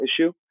issue